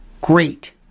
great